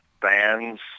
fans